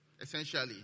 Essentially